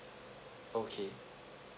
okay